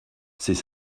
c’est